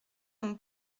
mon